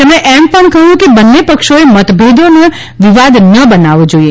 તેમણે એમ પણ કહયું છે કે બંને પક્ષોએ મતભેદોને વિવાદ ન બનાવવો જોઇએ